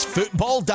Football